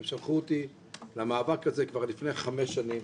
הם שלחו אותי למאבק הזה כבר לפני חמש שנים.